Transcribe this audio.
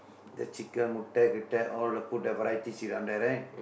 the chicken முட்டே கிட்டே:muttee kitdee all the put the varieties sit down there right